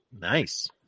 Nice